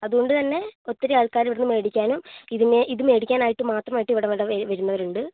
അതുകൊണ്ടുതന്നെ ഒത്തിരി ആൾക്കാർ ഇവിടെ നിന്ന് മേടിക്കാനും ഇതിനെ ഇതു മേടിക്കാൻ ആയിട്ട് മാത്രമായിട്ട് ഇവിടെ ഇവിടെ വരുന്നവരുണ്ട്